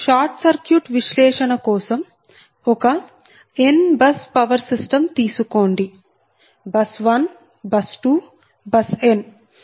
short circuit విశ్లేషణ కోసం ఒక n బస్ పవర్ సిస్టం తీసుకోండి బస్ 1బస్ 2 బస్ n